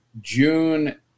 June